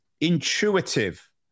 intuitive